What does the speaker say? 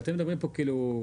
ואתם מדברים פה כאילו,